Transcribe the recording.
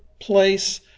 place